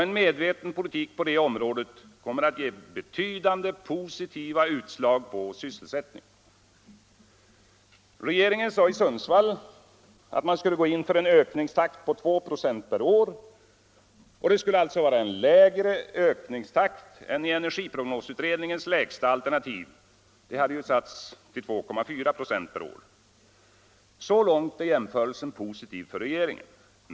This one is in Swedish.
En medveten politik på detta område kommer att ge betydande positiva utslag i sysselsättningen. Regeringen sade i Sundsvall att man skulle gå in för en ökningstakt på 2 26 per år — det skulle alltså vara en lägre ökningstakt än i energiprognosutredningens lägsta alternativ som ju satts till 2,4 96 per år. Så långt är jämförelsen positiv för regeringen.